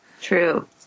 True